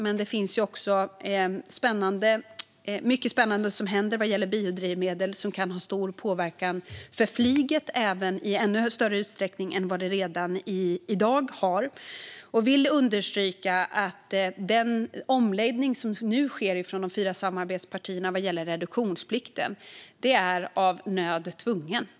Men det händer även mycket spännande med biodrivmedel som kan ha stor påverkan på flyget, i ännu större utsträckning än i dag. Jag vill understryka att den omläggning av reduktionsplikten som de fyra samarbetspartierna nu genomför är av nöden tvungen.